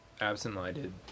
absent-minded